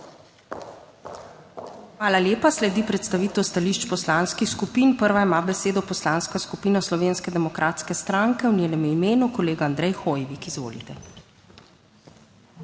Hvala lepa. Sledi predstavitev stališč poslanskih skupin. Prva ima besedo Poslanska skupina Slovenske demokratske stranke, v njenem imenu kolega Andrej Hoivik. Izvolite.